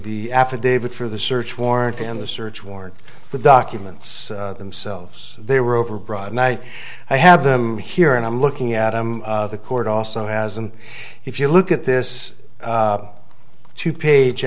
the affidavit for the search warrant and the search warrant the documents themselves they were overbroad and i i have them here and i'm looking at them the court also has and if you look at this two page